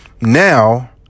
Now